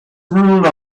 rule